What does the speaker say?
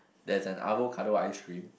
there's an avocado ice cream